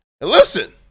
listen